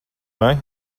vai